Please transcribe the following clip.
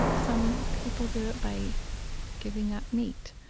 and some people do it by giving up meat.